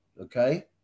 okay